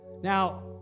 Now